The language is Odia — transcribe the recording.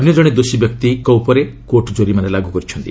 ଅନ୍ୟଜଣେ ଦୋଷୀ ବ୍ୟକ୍ତି ଉପରେ କୋର୍ଟ କୋରିମାନା ଲାଗୁ କରିଛନ୍ତି